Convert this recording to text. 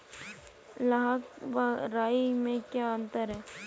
लाह व राई में क्या अंतर है?